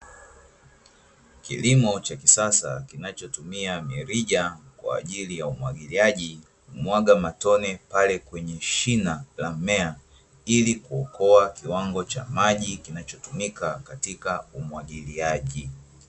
Kilimo cha kisasa kinachotumia mirija kwa ajili ya umwagiliaji, kumwaga matone pale kwenye shina la mmea ili kuokoa kiwango cha maji kinachotumika katika umwagiliaji.